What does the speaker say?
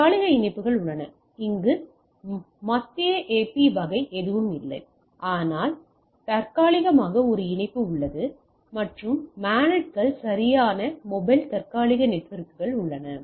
தற்காலிக இணைப்புகள் உள்ளன அங்கு மத்திய AP வகை எதுவும் இல்லை ஆனால் தற்காலிகமாக ஒரு இணைப்பு உள்ளது மற்றும் MANET கள் சரியான மொபைல் தற்காலிக நெட்வொர்க்குகள் உள்ளன